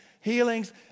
healings